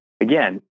again